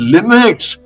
Limits